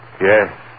Yes